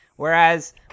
Whereas